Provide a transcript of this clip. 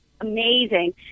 amazing